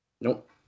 Nope